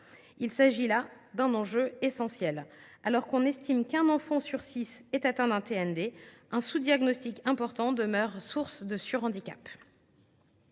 Il s’agit là d’un enjeu essentiel : alors que l’on estime qu’un enfant sur six est atteint d’un TND, un sous diagnostic important demeure source de surhandicaps.